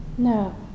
No